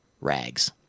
Rags